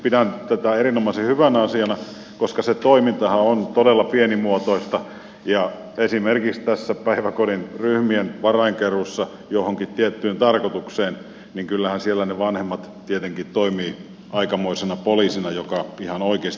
pidän tätä erinomaisen hyvänä asiana koska se toimintahan on todella pienimuotoista ja kyllähän esimerkiksi tässä päiväkodin ryhmien varainkeruussa johonkin tiettyyn tarkoitukseen ne vanhemmat tietenkin toimivat aikamoisena poliisina ihan oikeasti hyvä on näin